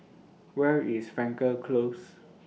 Where IS Frankel Close